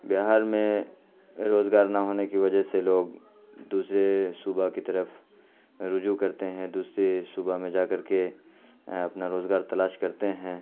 بہار میں روزگار نہ ہونے کی وجہ سے لوگ دوسرے صوبہ کی طرف رجوع کرتے ہیں دوسرے صوبہ میں جا کر کے اپنا روزگار تلاش کرتے ہیں